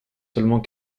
seulement